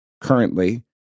currently